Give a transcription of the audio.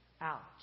out